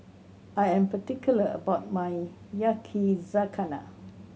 I am particular about my Yakizakana